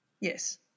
yes